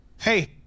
Hey